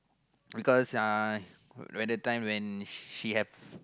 because uh when the time when she have